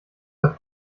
der